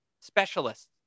specialists